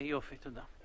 תודה.